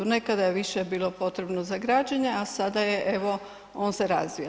Nekada je više bilo potrebno za građenje, a sada je, evo, on se razvio.